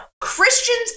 Christians